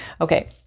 Okay